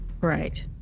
Right